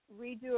redo